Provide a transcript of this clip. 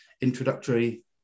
introductory